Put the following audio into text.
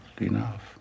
enough